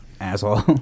Asshole